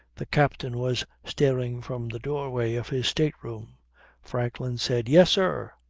the captain was staring from the doorway of his state-room. franklin said, yes, sir.